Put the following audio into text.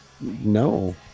No